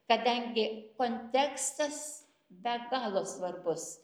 kadangi kontekstas be galo svarbus